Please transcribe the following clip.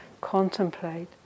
contemplate